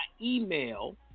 email